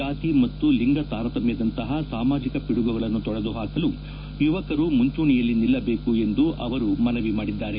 ಜಾತಿ ಹಾಗೂ ಲಿಂಗ ತಾರತಮ್ಯದಂತಹ ಸಾಮಾಜಿಕ ಪಿಡುಗುಗಳನ್ನು ತೊಡೆದು ಹಾಕಲು ಯುವಕರು ಮುಂಚೂಣಿಯಲ್ಲಿ ನಿಲ್ಲಬೇಕು ಎಂದು ಅವರು ಮನವಿ ಮಾಡಿದ್ದಾರೆ